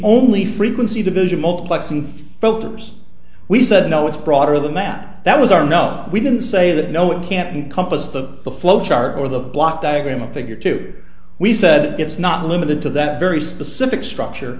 only frequency division multiplexing filters we said no it's broader than that that was our no we didn't say that no it can't be composed of the flow chart or the block diagram of figure two we said it's not limited to that very specific structure